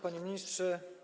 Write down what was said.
Panie Ministrze!